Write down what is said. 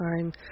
time